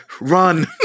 Run